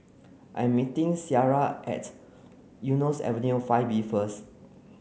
I'm meeting Sierra at Eunos Avenue five B first